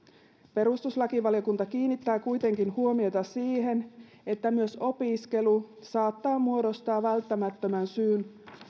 perustuslakivaliokunta kiinnittää kuitenkin huomiota siihen että myös opiskelu saattaa muodostaa välttämättömän syyn